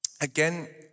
Again